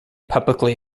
publicly